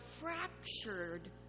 fractured